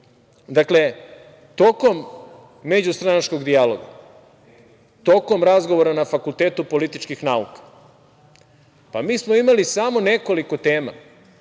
Srbije. Dakle, tokom međustranačkog dijaloga, tokom razgovora na Fakultetu političkih nauka smo imali samo nekoliko tema,